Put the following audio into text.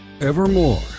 Evermore